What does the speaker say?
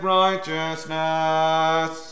righteousness